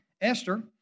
Esther